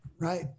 Right